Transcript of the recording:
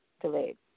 delayed